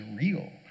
real